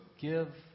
give